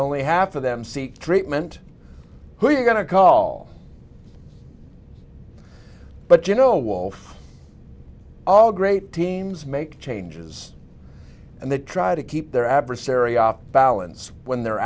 only half of them seek treatment who are going to call but you know wolf all great teams make changes and they try to keep their adversary off balance when the